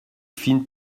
fines